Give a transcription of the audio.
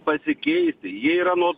pasikeisiu jie yra nuos